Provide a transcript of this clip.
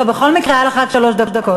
בכל מקרה היו לך רק שלוש דקות,